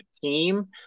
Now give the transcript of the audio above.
team